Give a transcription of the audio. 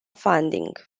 funding